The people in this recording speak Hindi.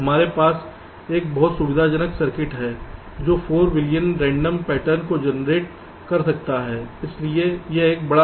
हमारे पास एक बहुत सुविधाजनक सर्किट है जो 4 बिलियन रेंडम पैटर्न को जनरेट कर सकता है इसलिए यह एक बड़ा लाभ है